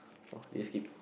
!wah! this skip